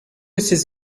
ces